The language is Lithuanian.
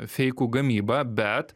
feikų gamybą bet